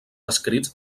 escrits